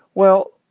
well,